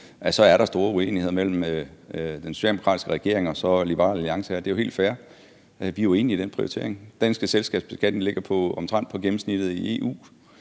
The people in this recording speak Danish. at der er store uenigheder mellem den socialdemokratiske regering og Liberal Alliance. Og det er jo helt fair; vi er jo enige i den prioritering. Den danske selskabsskat ligger omtrent på niveau med gennemsnittet i EU,